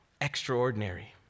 extraordinary